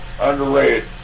underrated